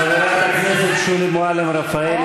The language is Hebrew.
חברת הכנסת שולי מועלם-רפאלי,